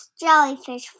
jellyfish